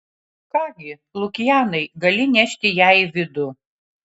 ką gi lukianai gali nešti ją į vidų